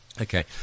Okay